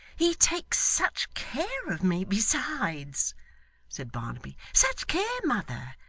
he takes such care of me besides said barnaby. such care, mother!